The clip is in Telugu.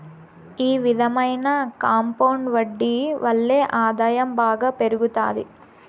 ఈ విధమైన కాంపౌండ్ వడ్డీ వల్లే ఆదాయం బాగా పెరుగుతాది